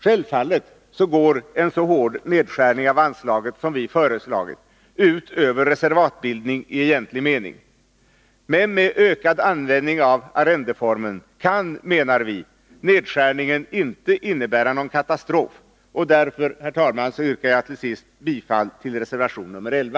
Självfallet går en så hård nedskärning av anslaget som vi föreslagit ut över reservatbildning i egentlig mening, men med ökad användning av arrendeformen kan, menar vi, nedskärningen inte innebära någon katastrof. Därför, herr talman, yrkar jag till sist bifall till reservation nr 11.